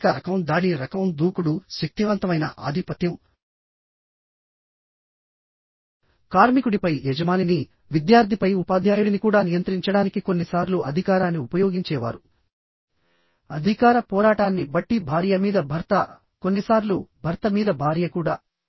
వ్యతిరేక రకం దాడి రకం దూకుడు శక్తివంతమైన ఆధిపత్యంకార్మికుడిపై యజమానిని విద్యార్థిపై ఉపాధ్యాయుడిని కూడా నియంత్రించడానికి కొన్నిసార్లు అధికారాన్ని ఉపయోగించే వారు అధికార పోరాటాన్ని బట్టి భార్య మీద భర్త కొన్నిసార్లు భర్త మీద భార్య కూడా